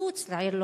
מחוץ לעיר,